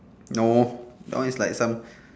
no that one is like some